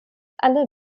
alle